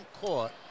court